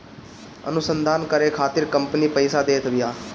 अनुसंधान करे खातिर कंपनी पईसा देत बिया